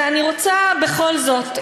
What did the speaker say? ואני רוצה בכל זאת,